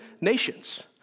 nations